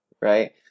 Right